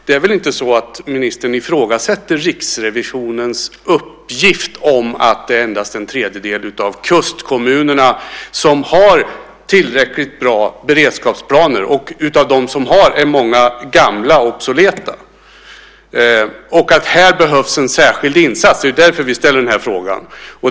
Det är väl inte så att ministern ifrågasätter Riksrevisionens uppgift om att endast en tredjedel av kustkommunerna har tillräckligt bra beredskapsplaner och av dem som har det är många gamla, obsoleta, och att det behövs en särskild insats här? Det är ju därför vi ställer interpellationen.